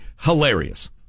hilarious